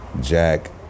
Jack